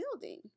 building